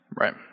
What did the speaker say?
right